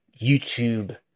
YouTube